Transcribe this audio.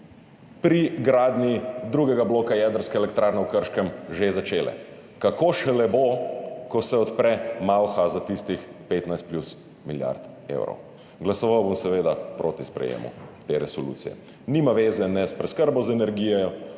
pri gradnji drugega bloka jedrske elektrarne v Krškem že začele. Kako šele bo, ko se odpre malha za tistih 15 plus milijard evrov. Glasoval bom seveda proti sprejemu te resolucije. Nima zveze ne s preskrbo z energijo,